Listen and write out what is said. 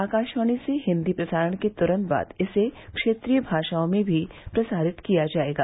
आकाशवाणी से हिन्दी प्रसारण के तुरंत बाद इसे क्षेत्रीय भाषाओं में भी प्रसारित किया जायेगा